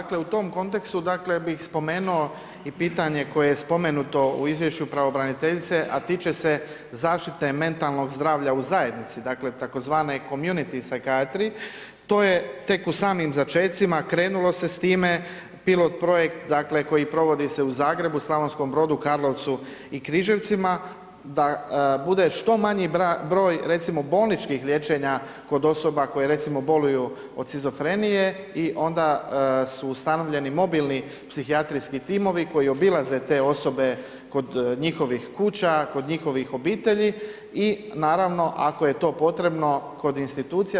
Dakle u tom kontekstu bih spomenuo i pitanje koje je spomenuto u izvješću pravobraniteljice, a tiče se zaštite mentalnog zdravlja u zajednici, dakle tzv. community psychiatry, to je tek u samim začecima krenulo se s time, pilot projekt koji se provodi u Zagrebu, Slavonskom Brodu, Karlovcu i Križevcima da bude što manji broj recimo bolničkih liječenja kod osoba koje recimo boluju od shizofrenije i onda su ustanovljeni mobilni psihijatrijski timovi koji obilaze te osobe kod njihovih kuća, kod njihovih obitelji i naravno ako je to potrebno kod institucija.